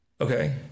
okay